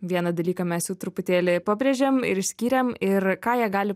vieną dalyką mes jau truputėlį pabrėžėm ir išskyrėm ir ką jie gali